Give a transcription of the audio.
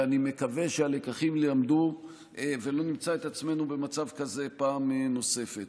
ואני מקווה שהלקחים יילמדו ולא נמצא את עצמנו במצב כזה פעם נוספת.